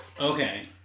Okay